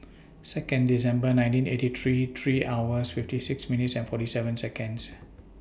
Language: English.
Second December nineteen eighty three three hours fifty six minutes and forty seven Seconds